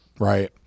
right